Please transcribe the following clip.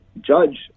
judge